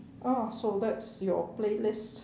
oh so that's your playlist